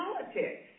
politics